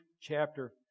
chapter